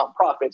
nonprofits